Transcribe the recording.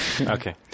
Okay